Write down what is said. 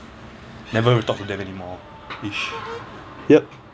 never really talk to them anymore ish yup